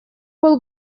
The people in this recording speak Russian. был